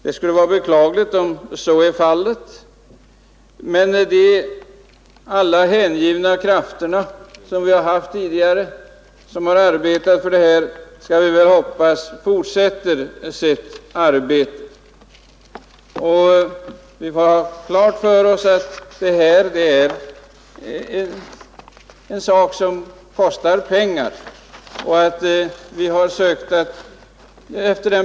Det skulle vara beklagligt om så är fallet, men vi skall väl hoppas att alla de hängivna krafter som tidigare har arbetat för detta ändamål fortsätter sitt arbete. Vi får ha klart för oss att det här är en sak som kostar pengar.